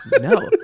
no